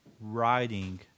writing